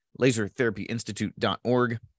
lasertherapyinstitute.org